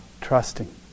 trusting